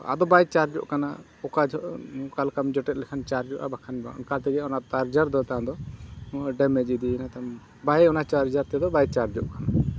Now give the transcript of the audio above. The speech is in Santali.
ᱟᱫᱚ ᱵᱟᱭ ᱪᱟᱨᱡᱚᱜ ᱠᱟᱱᱟ ᱚᱠᱟ ᱡᱚᱦᱚᱜ ᱚᱠᱟ ᱞᱮᱠᱟᱢ ᱡᱚᱴᱮᱫ ᱞᱮᱠᱷᱟᱱ ᱪᱟᱨᱡᱚᱜᱼᱟ ᱵᱟᱠᱷᱟᱱ ᱚᱱᱠᱟ ᱛᱮᱜᱮ ᱚᱱᱟ ᱪᱟᱨᱡᱟᱨ ᱫᱚ ᱛᱟᱭᱚᱢ ᱫᱚ ᱴᱟᱭᱤᱢ ᱨᱮ ᱡᱩᱫᱤ ᱚᱱᱟ ᱛᱟᱢ ᱵᱟᱭ ᱦᱩᱭᱩᱜᱼᱟ ᱚᱱᱟ ᱪᱟᱨᱡᱟᱨ ᱛᱮᱫᱚ ᱵᱟᱭ ᱪᱟᱨᱡᱚᱜᱼᱟ